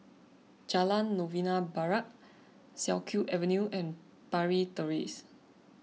Jalan Novena Barat Siak Kew Avenue and Parry Terrace